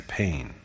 pain